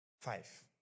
Five